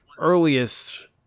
earliest